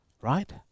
Right